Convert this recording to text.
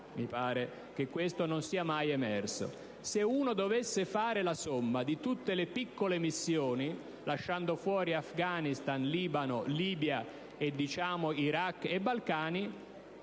(mi pare che questo non sia mai emerso). Se uno dovesse fare la somma di tutte le piccole missioni, lasciando fuori Afghanistan, Libano, Libia, Iraq e Balcani,